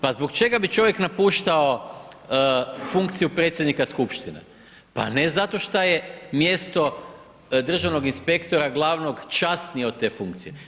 Pa zbog čega bi čovjek napuštao funkciju predsjednika skupštine, pa ne zato šta je mjesto državnog inspektora glavnog časnije od te funkcije.